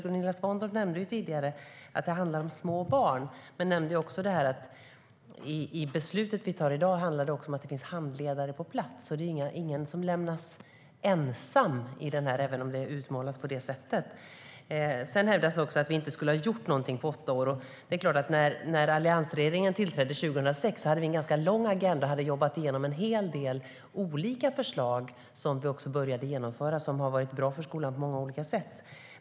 Gunilla Svantorp nämnde tidigare att det handlar om små barn men också att det beslut som vi ska ta handlar om att det ska finnas handledare på plats. Ingen ska lämnas ensam även om det utmålas på det sättet. Det hävdas också att vi inte skulle ha gjort någonting på åtta år. När alliansregeringen tillträdde 2006 hade vi en ganska lång agenda. Vi hade jobbat igenom en hel del olika förslag som vi också började genomföra och som har varit bra för skolan på många olika sätt.